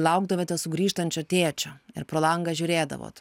laukdavote sugrįžtančio tėčio ir pro langą žiūrėdavot